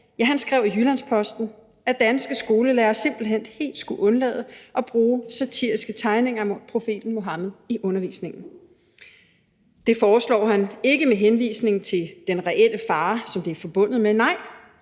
Hjortdal, skrev i Jyllands-Posten, at danske skolelærere simpelt hen helt skulle undlade at bruge satiriske tegninger af profeten Muhammed i undervisningen. Det foreslår han ikke med henvisning til den reelle fare, som det er forbundet med, nej,